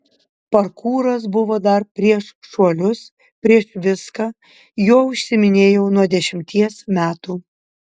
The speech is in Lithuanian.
parkūras buvo dar prieš šuolius prieš viską juo užsiiminėjau nuo dešimties metų